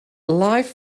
life